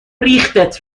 ریختت